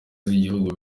z’igihugu